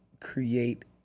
create